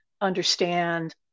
understand